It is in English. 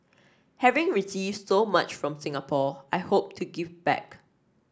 having received so much from Singapore I hope to give back